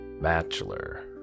Bachelor